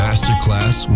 Masterclass